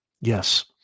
Yes